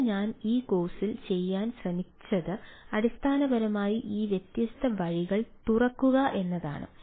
ഇപ്പോൾ ഞാൻ ഈ കോഴ്സിൽ ചെയ്യാൻ ശ്രമിച്ചത് അടിസ്ഥാനപരമായി ഈ വ്യത്യസ്ത വഴികൾ തുറക്കുക എന്നതാണ്